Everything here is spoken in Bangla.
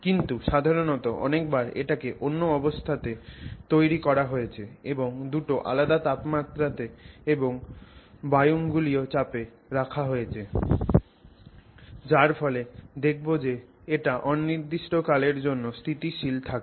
কিন্তু সাধারণত অনেক বার এটাকে অন্য অবস্থাতে তৈরি করা হয়েছে এবং দুটো আলদা তাপমাত্রাতে এবং বায়ুমণ্ডলীয় চাপে রাখা হয়েছে যার ফলে দেখবো যে এটা অনির্দিষ্টকালের জন্য স্থিতিশীল থাকে